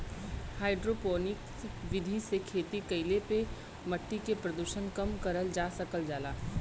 hydroponics विधि से खेती कईले पे मट्टी के प्रदूषण कम करल जा सकल जाला